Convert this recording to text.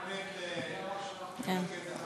את מונית למרכזת המשא-ומתן,